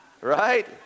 right